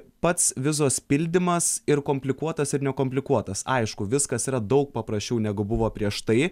pats vizos pildymas ir komplikuotas ir nekomplikuotas aišku viskas yra daug paprasčiau negu buvo prieš tai